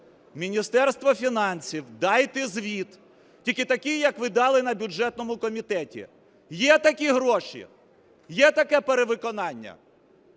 Міністерство фінансів, дайте звіт. Тільки такий, як ви дали на бюджетному комітеті. Є такі гроші? Є таке перевиконання?